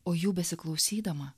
o jų besiklausydama